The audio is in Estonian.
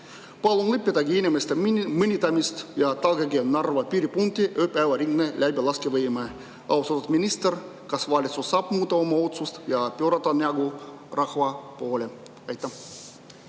Palun lõpetage inimeste mõnitamine ja tagage Narva piiripunkti ööpäevaringne läbilaskevõime! Austatud minister, kas valitsus saab muuta oma otsust ja pöörata näo rahva poole? Aitäh,